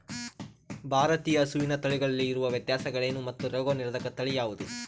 ಭಾರತೇಯ ಹಸುವಿನ ತಳಿಗಳಲ್ಲಿ ಇರುವ ವ್ಯತ್ಯಾಸಗಳೇನು ಮತ್ತು ರೋಗನಿರೋಧಕ ತಳಿ ಯಾವುದು?